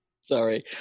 sorry